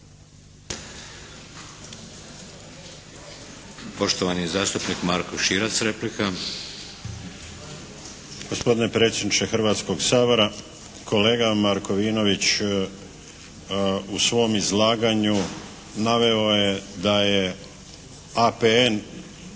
Poštovani zastupnik Marko Širac, replika. **Širac, Marko (HDZ)** Gospodine predsjedniče Hrvatskog sabora kolega Markovinović u svom izlaganju naveo je da je APN